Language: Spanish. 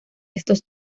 estos